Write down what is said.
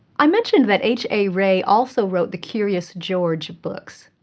i mentioned that h. a. rey also wrote the curious george books.